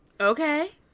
Okay